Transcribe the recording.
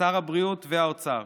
שר הבריאות ושר האוצר.